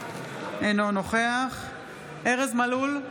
אינו נוכח ארז מלול,